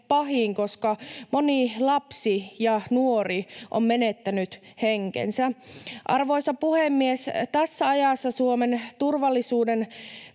koska moni lapsi ja nuori on menettänyt henkensä. Arvoisa puhemies! Tässä ajassa Suomen turvallisuuden